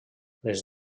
les